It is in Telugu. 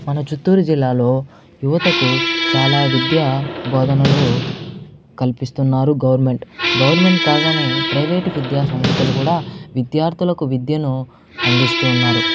మన చిత్తూరు జిల్లాలో యువతకు చాలా విద్య బోధనలు కల్పిస్తున్నారు గవర్నమెంట్ గవర్నమెంట్ కాగానే ప్రైవేటు విద్యాసంస్థలు కూడా విద్యార్థులకు విద్యను అందిస్తున్నారు